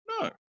No